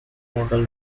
model